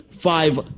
five